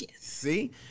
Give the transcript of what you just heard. See